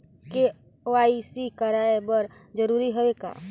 KYC कराय बर जरूरी हवे का?